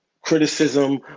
criticism